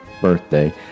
birthday